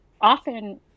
often